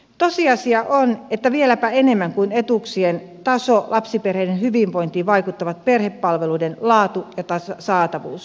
tosiasia on että vieläpä enemmän kuin etuuksien taso lapsiperheiden hyvinvointiin vaikuttavat perhepalveluiden laatu ja saatavuus